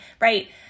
right